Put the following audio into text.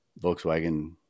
Volkswagen